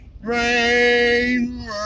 rain